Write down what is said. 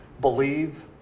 believe